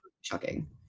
Shocking